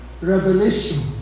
revelation